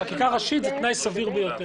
בחקיקה ראשית זה תנאי סביר ביותר.